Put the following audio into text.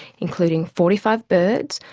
including forty five birds,